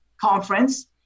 Conference